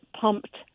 pumped